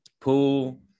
pool